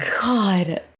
God